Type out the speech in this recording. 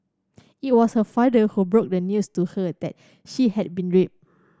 it was her father who broke the news to her that she had been raped